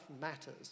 matters